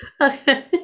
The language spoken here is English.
Okay